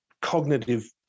cognitive